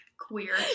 queer